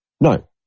No